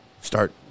start